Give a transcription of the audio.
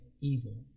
evil